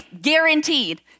guaranteed